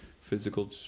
physical